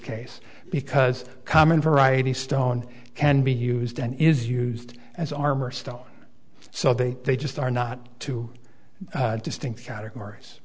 case because common variety stone can be used and is used as armor stone so that they just are not too distinct categories